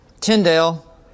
Tyndale